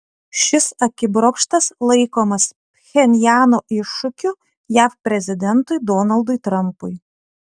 šis akibrokštas laikomas pchenjano iššūkiu jav prezidentui donaldui trampui